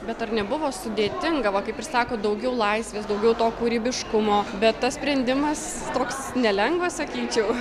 bet ar nebuvo sudėtinga va kaip ir sako daugiau laisvės daugiau to kūrybiškumo bet tas sprendimas toks nelengvas sakyčiau